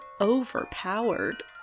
overpowered